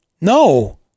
no